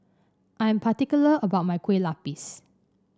I am particular about my Kueh Lupis